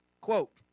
Quote